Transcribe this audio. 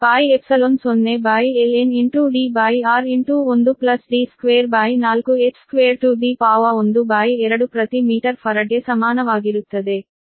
ಆದ್ದರಿಂದ C12 qV12 0ln Dr1D24h212 ಪ್ರತಿ metre ಫರಡ್ಗೆ ಸಮಾನವಾಗಿರುತ್ತದೆ